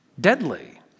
deadly